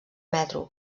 metro